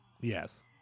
Yes